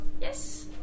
yes